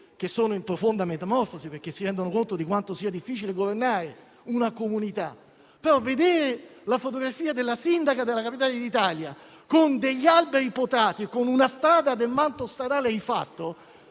una fase di profonda metamorfosi, perché si rendono conto di quanto sia difficile governare una comunità, ma abbiamo visto fotografie della sindaca della capitale d'Italia, con degli alberi potati o con un manto stradale rifatto: